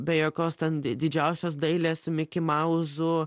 be jokios ten didžiausios dailės mikimauzų